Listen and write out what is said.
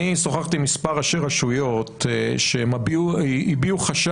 אני שוחחתי עם מספר ראשי רשויות שהם הביעו חשש